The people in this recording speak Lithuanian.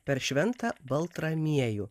per šventą baltramiejų